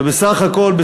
ובסך הכול,